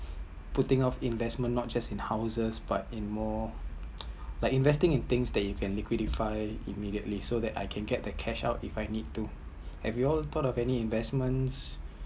putting off investment not just in houses but in more like investing in things that you can liqudify immediately so that I can get the cash out if I need to have you all thought of any investments